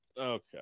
okay